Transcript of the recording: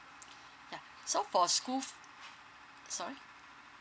yeah so for school sorry